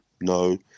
no